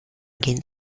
gehen